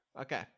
Okay